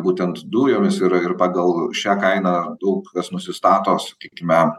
būtent dujomis yra ir pagal šią kainą daug kas nusistato sakykime